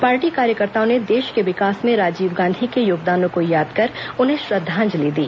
party कार्यकर्ताओं ने देश के विकास में राजीव गांधी के योगदानों को याद कर उन्हें श्रद्वांजलि दी